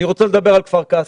אני רוצה לדבר על כפר קאסם.